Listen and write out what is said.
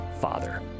father